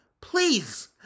Please